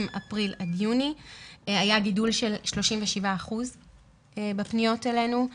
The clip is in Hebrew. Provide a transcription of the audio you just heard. אפריל עד יוני היה גידול של 37% בפניות אלינו.